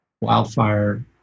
Wildfire